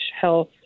health